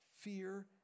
Fear